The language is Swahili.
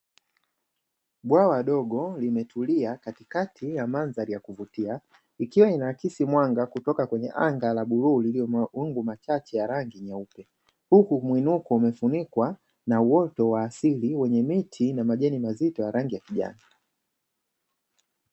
Bwawa dogo limetulia katikati ya mandhari ya kuvutia, ikiwa inaakisi mwanga kutoka kwenye anga la buluu lililo na mawingu machache ya rangi nyeupe, huku mwinuko umefunikwa na uoto wa asili wenye miti na majani mazito ya rangi ya kijani.